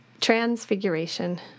Transfiguration